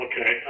okay